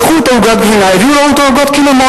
לקחו את עוגת הגבינה, הביאו לו את עוגת הקינמון.